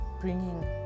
bringing